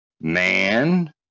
man